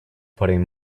putting